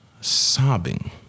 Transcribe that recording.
sobbing